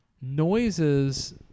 noises